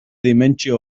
dimentsio